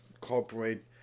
corporate